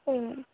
হুম